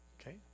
Okay